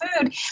food